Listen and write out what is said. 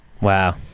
Wow